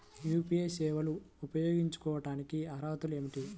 UPI సేవలు ఉపయోగించుకోటానికి అర్హతలు ఏమిటీ?